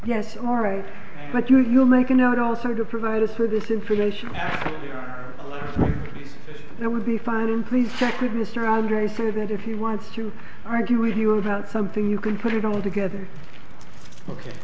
yes all right but do you make a note also to provide us with this information that would be fine and please check with mr andre says that if he wants to argue with you about something you can put it all together ok